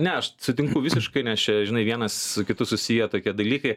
ne aš sutinku visiškai nes čia žinai vienas su kitu susiję tokie dalykai